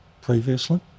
previously